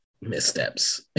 missteps